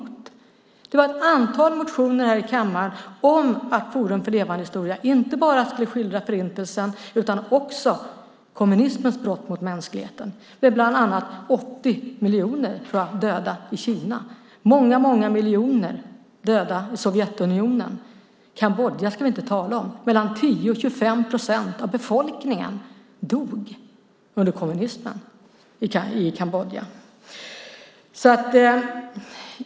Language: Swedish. Det behandlades ett antal motioner här i kammaren om att Forum för levande historia inte bara skulle skildra Förintelsen utan också kommunismens brott mot mänskligheten, med bland annat 80 miljoner döda i Kina och många miljoner döda i Sovjetunionen. Kambodja ska vi inte tala om! Mellan 10 och 25 procent av befolkningen dog under kommunismen i Kambodja.